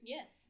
Yes